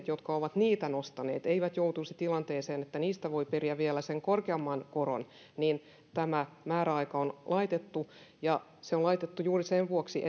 jotka ovat niitä lainoja nostaneet eivät joutuisi tilanteeseen että niistä voi periä vielä sen korkeamman koron niin tämä määräaika on laitettu se on laitettu juuri sen vuoksi